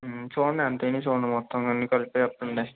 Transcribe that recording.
చూడండి ఎంతయినాయి చూడండి మొత్తం అన్నీ కరెక్ట్గా చెప్పండి